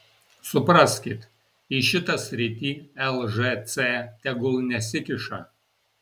supraskit į šitą sritį lžc tegul nesikiša